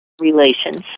relations